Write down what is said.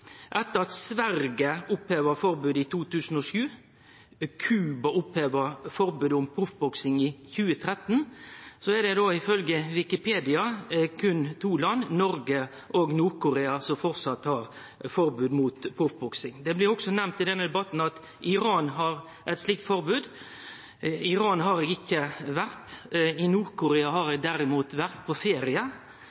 etter at Sverige oppheva forbodet i 2007. Cuba oppheva forbodet mot proffboksing i 2013. Ifølgje Wikipedia er det berre to land, Noreg og Nord-Korea, som fortsatt har forbod mot proffboksing. Det er også blitt nemnt i denne debatten at Iran har eit slikt forbod. I Iran har eg ikkje vore. I Nord-Korea har